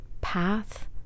path